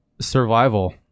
survival